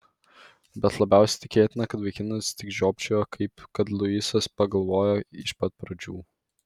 bet labiausiai tikėtina kad vaikinas tik žiopčiojo kaip kad luisas pagalvojo iš pat pradžių